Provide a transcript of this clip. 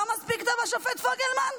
לא מספיק טוב השופט פוגלמן?